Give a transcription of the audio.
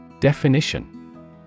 Definition